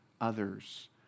others